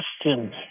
question